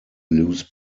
loose